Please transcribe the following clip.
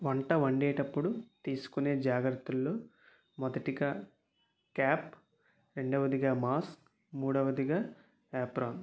వంట వండేటప్పుడు తీసుకునే జాగ్రత్తలలో మొదటిగా క్యాప్ రెండవదిగా మాస్క్ మూడవదిగా యాప్రాన్